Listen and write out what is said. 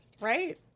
right